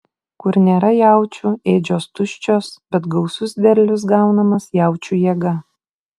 kur nėra jaučių ėdžios tuščios bet gausus derlius gaunamas jaučių jėga